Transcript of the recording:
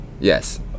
Yes